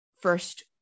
First